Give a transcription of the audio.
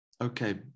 Okay